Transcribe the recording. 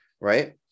right